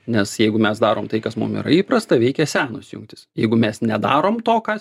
nes jeigu mes darom tai kas mum yra įprasta veikia senos jungtys jeigu mes nedarom to kas